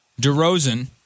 DeRozan